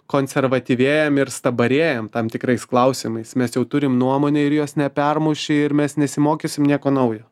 konservatyvėjam ir stabarėjam tam tikrais klausimais mes jau turim nuomonę ir jos nepermuši ir mes nesimokysim nieko naujo